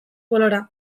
polora